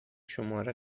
شماره